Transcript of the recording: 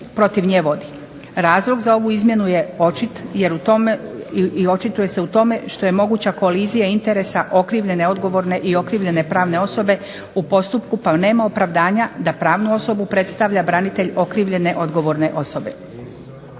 Razlog za ovu izmjenu je očit i očituje se u tome što je moguća kolizija interesa okrivljene odgovorne i okrivljene pravne osobe u postupku pa nema opravdanja da pravnu osobu predstavlja branitelj okrivljene odgovorne osobe.